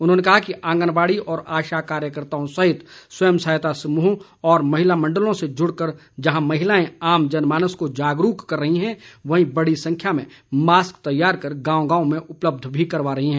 उन्होंने कहा कि आंगनबाड़ी और आशा कार्यकर्ताओं सहित स्वयं सहायता समूह व महिला मंडलों से जुड़कर जहां महिलाएं आम जनमानस को जागरूक कर रही हैं वहीं बड़ी संख्या में मास्क तैयार कर गांव गांव में उपलब्ध करवा रही हैं